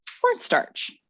cornstarch